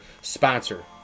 sponsor